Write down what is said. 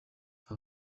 aba